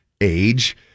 age